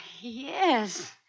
yes